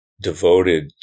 devoted